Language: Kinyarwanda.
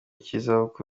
cy’izabuku